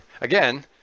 again